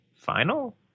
final